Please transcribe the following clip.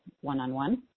one-on-one